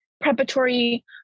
preparatory